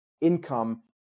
income